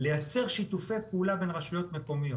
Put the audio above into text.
לייצר שיתופי פעולה בין מועצות מקומיות: